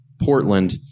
Portland